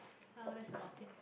uh that's about it